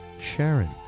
Sharon